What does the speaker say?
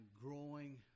growing